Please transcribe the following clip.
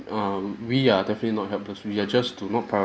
um we are definitely not helpless we uh just do not prioritise